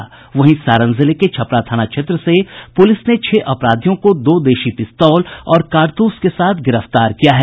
सारण जिले के छपरा थाना क्षेत्र से पुलिस ने छह अपराधियों को दो देशी पिस्तौल और कारतूस के साथ गिरफ्तार किया है